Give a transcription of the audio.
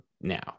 now